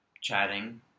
chatting